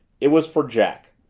it was for jack!